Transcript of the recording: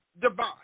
divide